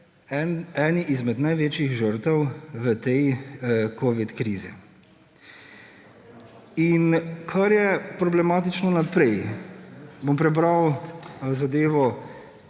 eni izmed največjih žrtev v tej covid krizi. In kar je problematično naprej,